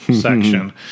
section